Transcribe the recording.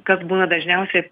kas būna dažniausia